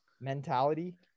mentality